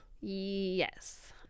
yes